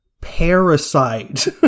parasite